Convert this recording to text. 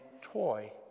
Toy